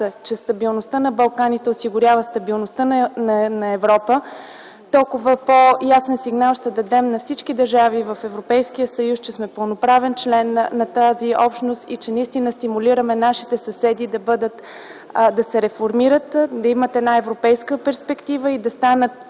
че стабилността на Балканите осигурява стабилността на Европа, толкова по-ясен сигнал ще дадем на всички държави в Европейския съюз, че сме пълноправен член на тази общност и че наистина стимулираме нашите съседи да се реформират, да имат една европейска перспектива и да станат